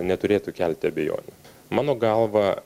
neturėtų kelti abejonių mano galva